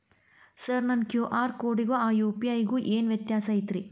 Sir ನನ್ನ QR ಕೊಡಿಗೂ ಆ ಯು.ಪಿ.ಐ ಗೂ ಏನ್ ವ್ಯತ್ಯಾಸ ಐತ್ರಿ?